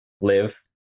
live